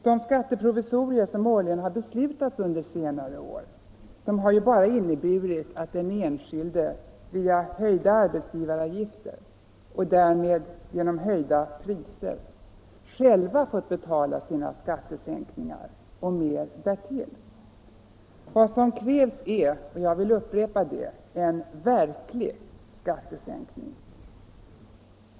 De skatteprovisorier som årligen har beslutats under senare år har ju bara inneburit att den enskilde via höjda arbetsgivaravgifter och därmed genom höjda priser själv fått betala sina skattesänkningar och mer därtill. Vad som krävs är — och jag vill upprepa det — en verklig skattesänkning.